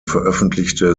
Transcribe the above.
veröffentlichte